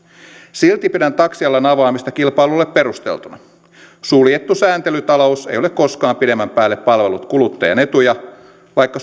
silti pidän taksialan avaamista kilpailulle perusteltuna suljettu sääntelytalous ei ole koskaan pidemmän päälle palvellut kuluttajan etuja vaikka